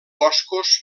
boscos